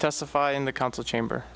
testify in the council chamber